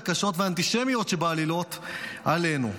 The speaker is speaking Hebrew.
הקשות והאנטישמיות שבעלילות עלינו.